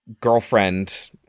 girlfriend